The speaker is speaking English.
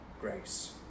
grace